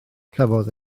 cafodd